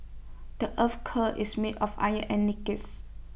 the Earth's core is made of iron and nickels